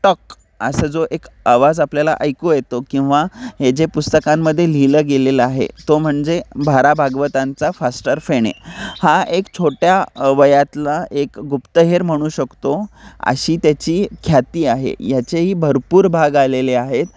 talk असा जो एक आवाज आपल्याला ऐकू येतो किंवा हे जे पुस्तकांमध्ये लिहिलं गेलेलं आहे तो म्हणजे भा रा भागवतांचा फास्टर फेणे हा एक छोट्या वयातला एक गुप्तहेर म्हणू शकतो अशी त्याची ख्याती आहे याचेही भरपूर भाग आलेले आहेत